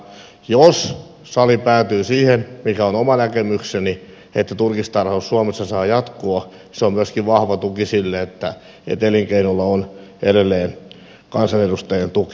jos sali päätyy siihen mikä on oma näkemykseni että turkistarhaus suomessa saa jatkua se on myöskin vahva tuki sille että elinkeinolla on edelleen kansanedustajien tuki